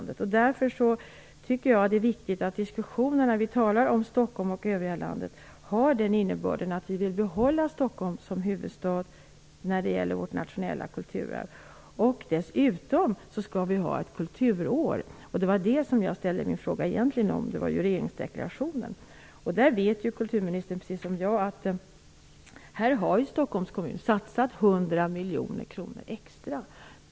Därför tycker jag att det är viktigt att diskussionerna, i Stockholm och i övriga landet, har den innebörden att vi vill behålla Stockholm som huvudstad för vårt nationella kulturarv. Dessutom skall vi ha ett kulturår. Det var detta jag ställde min fråga om med anledning av regeringsdeklarationen. Kulturministern vet precis som jag att Stockholms kommun har satsat 100 miljoner kronor extra.